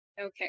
okay